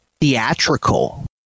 theatrical